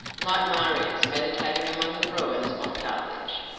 like marius meditating among the ruins of carthage.